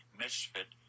misfit